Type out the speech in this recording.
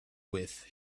with